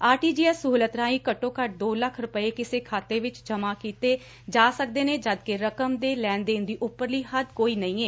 R T G S ਸਹੁਲਤ ਰਾਹੀਂ ਘੱਟੋ ਘੱਟ ਦੋ ਲੱਖ ਰੁਪਏ ਕਿਸੇ ਖਾਤੇ ਵਿਚ ਜਮੁਾਂ ਕੀਤੇ ਜਾ ਸਕਦੇ ਨੇ ਜਦਕਿ ਰਕਮ ਦੇ ਲੈਣ ਦੇਣ ਦੀ ਉਪਰਲੀ ਹੱਦ ਕੋਈ ਨਹੀਂ ਏ